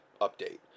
update